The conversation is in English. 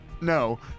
no